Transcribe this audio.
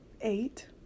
eight